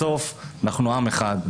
בסוף אנחנו עם אחד,